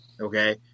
Okay